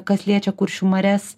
kas liečia kuršių marias